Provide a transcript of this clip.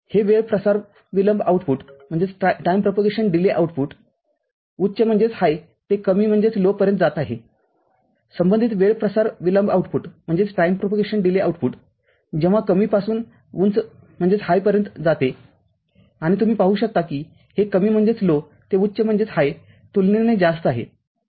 तर हे वेळ प्रसार विलंब आउटपुटउच्च ते कमीपर्यंत जात आहेसंबंधित वेळ प्रसार विलंब आउटपुट जेव्हा कमी पासून उंच वर जाते आणि तुम्ही पाहू शकता की हे कमी ते उच्च तुलनेने जास्त आहे